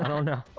and oh no